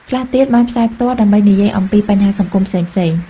ខ្លះទៀតបានផ្សាយផ្ទាល់ ដើម្បីនិយាយអំពីបញ្ហាសង្គមផ្សេងៗ។